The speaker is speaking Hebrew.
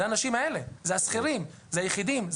אלה האנשים האלה, אלו השכירים, אלו היחידים.